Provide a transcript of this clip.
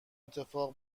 اتفاق